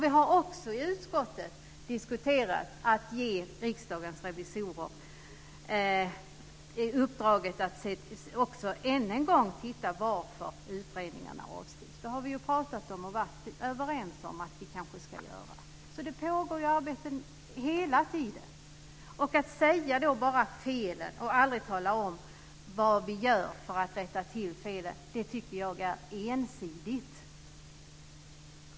Vi har också diskuterat i utskottet att man skulle ge Riksdagens revisorer uppdraget att ännu en gång titta på varför utredningarna avskrivs. Det har vi pratat om, och vi har varit överens om att vi kanske ska göra det, så det pågår arbete hela tiden. Att bara tala om felen och aldrig tala om vad vi gör för att rätta till felen tycker jag är ensidigt.